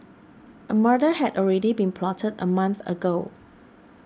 a murder had already been plotted a month ago